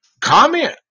comment